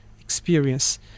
experience